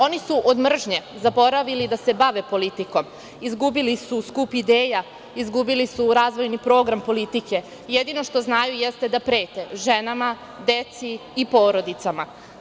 Oni su od mržnje zaboravili da se bave politikom, izgubili su skup ideja, izgubili su razvojni program politike, jedino što znaju jeste da prete ženama, deci i porodicama.